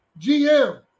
GM